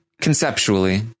conceptually